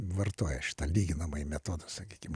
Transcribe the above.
vartoja šitą lyginamąjį metodą sakykim